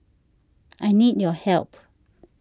I need your help